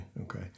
okay